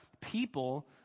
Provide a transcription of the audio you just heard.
people